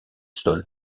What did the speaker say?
sol